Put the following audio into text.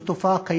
זו תופעה קיימת,